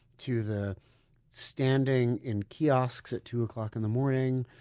to the standing in kiosks at two o'clock in the morning,